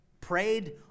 prayed